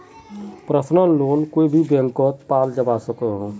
personal loan कोए भी बैंकोत पाल जवा सकोह